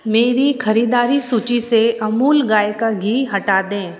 मेरी खरीदारी सूची से अमूल गाय का घी हटा दें